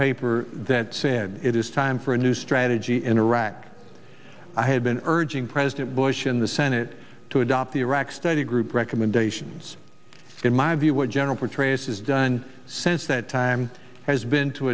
paper that said it is time for a new strategy in iraq i had been urging president bush in the senate to adopt the iraq study group recommendations in my view what general petraeus is done since that time has been to